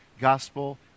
gospel